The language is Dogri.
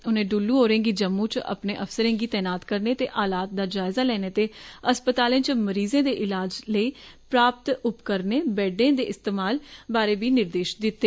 उनें क्नससवव होरें गी जम्मू च अपने अफसरें गी तैनात करने ते हालात दा जायजा लैने ते अस्पताले च मरीजे दे ईलाज लेई पर्याप्त उपकरणे बेडें दे इंतजामें बारै बी निर्देष दित्ते